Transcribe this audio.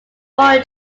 four